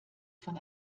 von